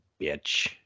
bitch